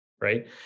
Right